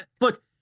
Look